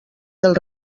del